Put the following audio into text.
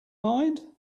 mind